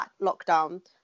lockdown